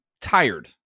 tired